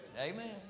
amen